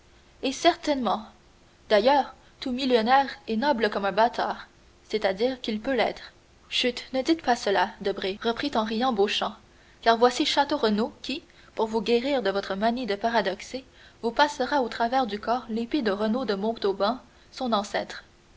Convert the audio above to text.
et certainement d'ailleurs tout millionnaire est noble comme un bâtard c'est-à-dire qu'il peut l'être chut ne dites pas cela debray reprit en riant beauchamp car voici château renaud qui pour vous guérir de votre manie de paradoxer vous passera au travers du corps l'épée de renaud de montauban son ancêtre